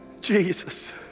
jesus